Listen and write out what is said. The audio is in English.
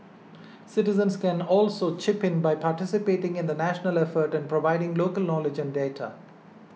citizens can also chip in by participating in the national effort and providing local knowledge and data